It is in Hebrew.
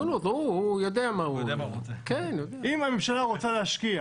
אם הממשלה רוצה להשקיע